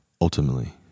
ultimately